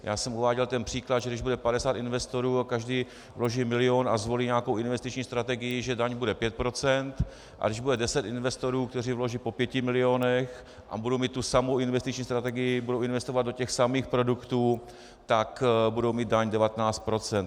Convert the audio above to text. Já jsem uváděl ten příklad, že když bude 50 investorů a každý vloží milion a zvolí nějakou investiční strategii, že daň bude 5 %, a když bude 10 investorů, kteří vloží po pěti milionech a budou mít tu samou investiční strategii, budou investovat do těch samých produktů, tak budou mít daň 19 %.